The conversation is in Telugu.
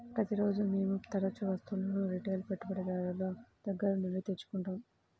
ప్రతిరోజూ మేము తరుచూ వస్తువులను రిటైల్ పెట్టుబడిదారుని దగ్గర నుండి తెచ్చుకుంటాం